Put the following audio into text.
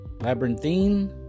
Labyrinthine